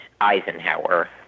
Eisenhower